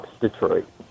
Detroit